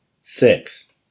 Six